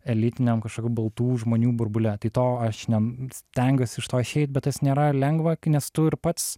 elitiniam kažkokių baltų žmonių burbule tai to aš ne stengiuos iš to išeit bet tas nėra lengva nes tu ir pats